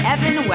Evan